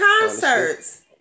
concerts